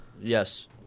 Yes